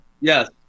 Yes